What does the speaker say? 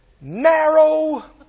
narrow